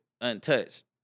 untouched